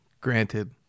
Granted